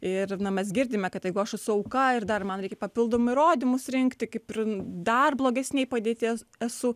ir na mes girdime kad tai jeigu aš esu auka ir dar man reikia papildomai įrodymus rinkti kaip ir dar blogesnėj padėtyje esu